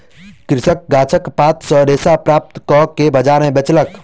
कृषक गाछक पात सॅ रेशा प्राप्त कअ के बजार में बेचलक